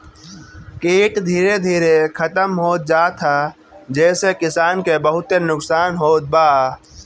कीट धीरे धीरे खतम होत जात ह जेसे किसान के बहुते नुकसान होत बा